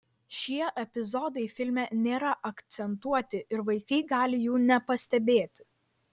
šie epizodai filme nėra akcentuoti ir vaikai gali jų nepastebėti